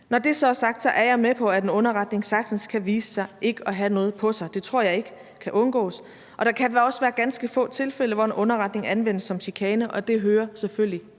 Når det så er sagt, er jeg med på, at en underretning sagtens kan vise sig ikke at have noget på sig. Det tror jeg ikke kan undgås. Og der kan også være ganske få tilfælde, hvor en underretning anvendes som chikane, og det hører selvfølgelig